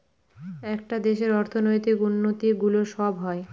একটা দেশের অর্থনৈতিক উন্নতি গুলো সব হয়